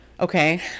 Okay